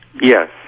yes